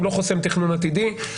הוא לא חוסם תכנון עתידי.